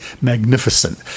magnificent